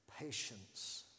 patience